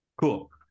Cool